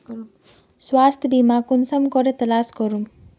स्वास्थ्य बीमा कुंसम करे तलाश करूम?